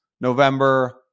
November